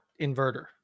inverter